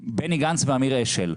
ואמיר אשל,